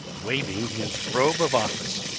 waving his robe of office.